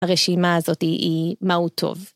הרשימה הזאת היא מהו טוב